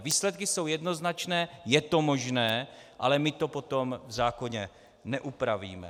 Výsledky jsou jednoznačné, je to možné, ale my to potom v zákoně neupravíme.